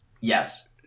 Yes